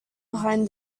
behind